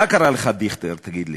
מה קרה לך, דיכטר, תגיד לי?